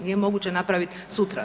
Nije moguće napraviti sutra.